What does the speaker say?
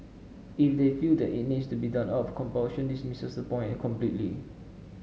if they feel that it needs to be done out of compulsion this misses the point completely